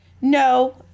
No